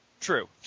True